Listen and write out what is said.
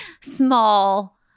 small